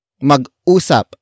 Mag-usap